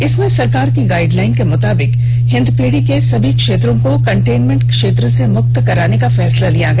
इसमें सरकार की गाइडलाइन के मुताबिक हिन्दपीढ़ी के सभी क्षेत्रों को कॉन्टेनेमेंट क्षेत्र से मुक्त करने का फैसला किया गया